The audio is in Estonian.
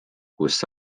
kus